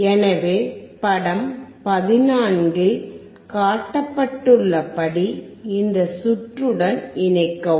எனவே படம் 14 இல் காட்டப்பட்டுள்ளபடி இந்த சுற்றுடன் இணைக்கவும்